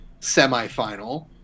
semifinal